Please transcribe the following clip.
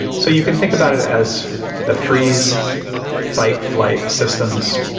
so you can think about it as the freeze fight-flight systems,